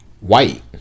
White